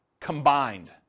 combined